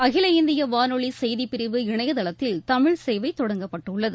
அகில இந்திய வானொலி செய்திப்பிரிவு இணையதளத்தில் தமிழ் சேவை தொடங்கப்பட்டுள்ளது